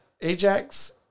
Ajax